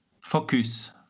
focus